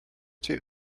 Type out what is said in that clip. too